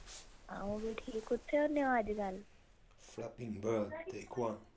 अ'ऊं बी ठीक कुत्थे होन्ने ओ अज्जकल